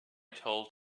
told